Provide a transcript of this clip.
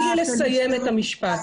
תני לי לסיים את המשפט.